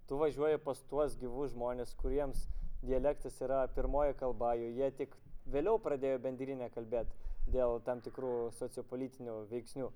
tu važiuoji pas tuos gyvus žmones kuriems dialektas yra pirmoji kalba jau jie tik vėliau pradėjo bendrine kalbėt dėl tam tikrų sociopolitinių veiksnių